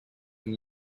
and